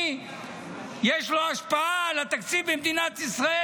יש השפעה על התקציב במדינת ישראל.